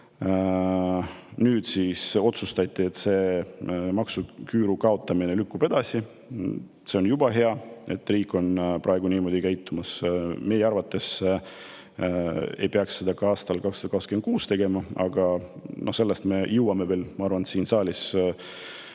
Nüüd siis otsustati, et maksuküüru kaotamine lükkub edasi. See on hea, et riik praegu niimoodi käitub. Meie arvates ei peaks seda ka aastal 2026 tegema, aga sellest me jõuame arvatavasti siin saalis